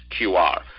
QR